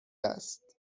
است